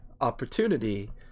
opportunity